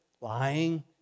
lying